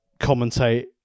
commentate